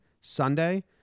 Sunday